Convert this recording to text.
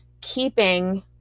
keeping